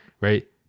right